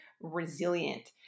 resilient